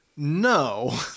No